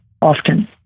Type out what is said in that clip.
often